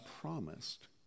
promised